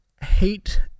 hate